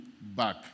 back